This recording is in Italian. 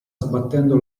sbattendo